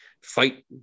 fight